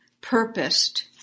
purposed